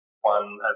one